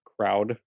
crowd